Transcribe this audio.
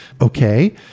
Okay